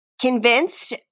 convinced